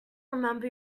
remember